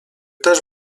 też